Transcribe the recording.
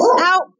out